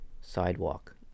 sidewalk